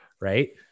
Right